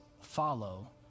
follow